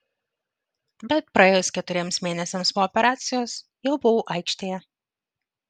bet praėjus keturiems mėnesiams po operacijos jau buvau aikštėje